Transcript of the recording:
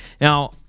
Now